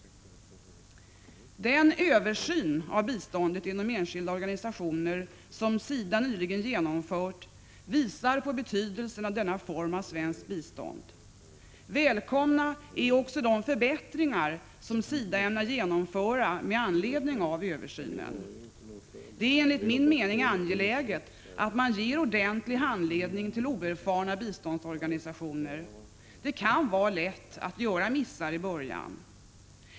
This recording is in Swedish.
Den översyn av biståndet genom enskilda organisationer som SIDA nyligen genomfört visar på betydelsen av denna form av svenskt bistånd. Välkomna är också de förbättringar som SIDA ämnar genomföra med anledning av översynen. Det är enligt min mening angeläget att man ger ordentlig handledning till oerfarna biståndsorganisationer. Det kan vara lätt att göra missar i början.